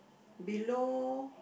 below